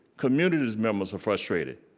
community members are frustrated.